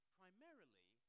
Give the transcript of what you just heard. primarily